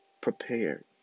prepared